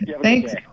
Thanks